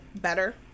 better